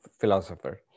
philosopher